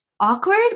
awkward